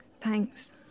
thanks